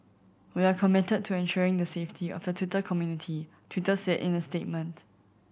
we are committed to ensuring the safety of the Twitter community Twitter said in a statement